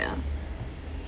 ya